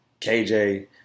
KJ